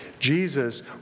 Jesus